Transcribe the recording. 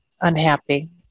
unhappy